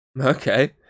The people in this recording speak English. Okay